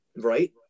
Right